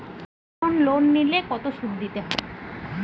এখন লোন নিলে কত সুদ দিতে হয়?